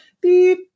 Beep